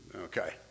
okay